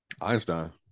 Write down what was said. Einstein